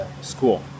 school